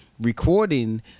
recording